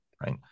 right